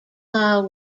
mile